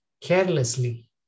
carelessly